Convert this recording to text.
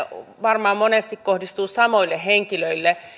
varmaan monesti kohdistuvat samoille henkilöille